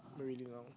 really long